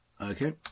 Okay